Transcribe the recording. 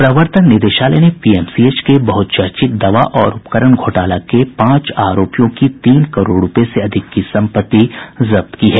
प्रवर्तन निदेशालय ने पीएमसीएच के बहचर्चित दवा और उपकरण घोटाला के पांच आरोपियों की तीन करोड़ रूपये से अधिक की संपत्ति जब्त की है